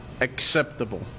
acceptable